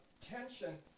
tension